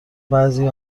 بعضی